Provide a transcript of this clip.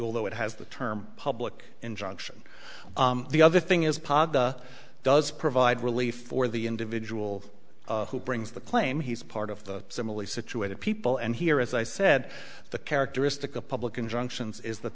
will though it has the term public injunction the other thing is paga does provide relief for the individual who brings the claim he's part of the similarly situated people and here as i said the characteristic of public injunctions is that